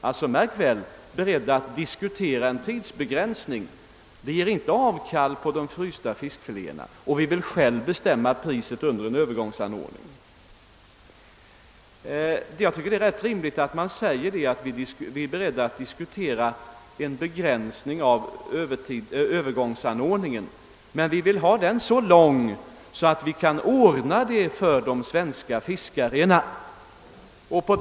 Vi ger alltså inte avkall på vårt krav beträffande de frysta fiskprodukterna och vill själva bestämma priset på dessa under en övergångstid. Vår ståndpunkt, att vi är beredda att diskutera en begränsning av tiden för övergångsanordningen är därför ganska rimlig, men vi vill ha en sådan anordning för att kunna ordna förhållandena för de svenska fiskarna.